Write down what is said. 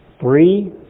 three